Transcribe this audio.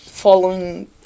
Following